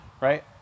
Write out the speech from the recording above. right